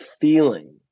feeling